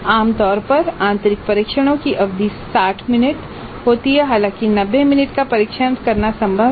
आम तौर पर आंतरिक परीक्षणों की अवधि 60 मिनट होती है हालांकि 90 मिनट का परीक्षण करना संभव है